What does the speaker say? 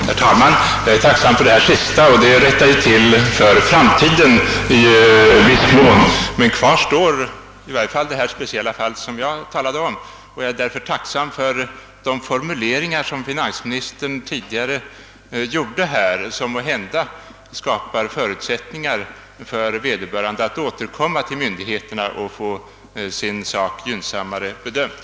Herr talman! Jag är tacksam för finansministerns senaste uttalande, ty det kan i viss mån rätta till förhållandena för framtiden. Men kvar står åtminstone det speciella fall som jag talat om. Därvidlag finner jag dock finansministerns tidigare formuleringar värdefulla — de skapar måhända förutsättningar för vederbörande att återkomma till myndigheterna och få sin sak gynnsammare bedömd.